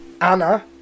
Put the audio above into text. Anna